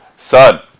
Son